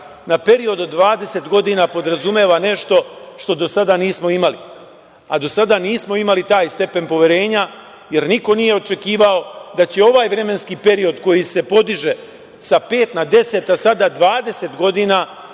na period od 20 godina, podrazumeva nešto što do sada nismo imali. Do sada nismo imali taj stepen poverenja, jer niko nije očekivao da će ovaj vremenski period koji je se podiže sa pet na 10, a sada 20 godina,